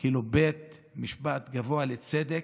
כאילו בית משפט גבוה לצדק,